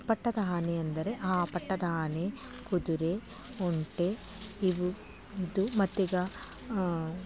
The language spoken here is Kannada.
ಪಟ್ಟದ ಆನೆ ಎಂದರೆ ಆ ಪಟ್ಟದ ಆನೆ ಕುದುರೆ ಒಂಟೆ ಇವು ಇದು ಮತ್ತೀಗ